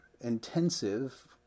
intensive